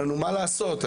מה לעשות?